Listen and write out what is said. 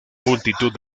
multitud